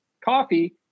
coffee